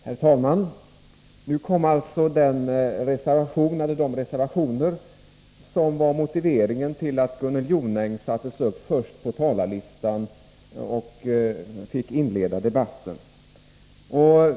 Herr talman! Nu kom alltså de reservationer som var motiveringen till att Gunnel Jonäng sattes upp först på talarlistan och fick inleda debatten.